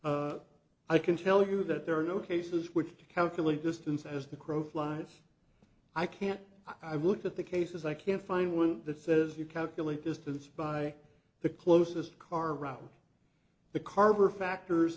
i can tell you that there are no cases which to calculate distance as the crow flies i can't i look at the cases i can't find one that says you calculate distance by the closest car route the carb or factors